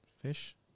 Fish